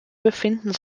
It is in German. befinden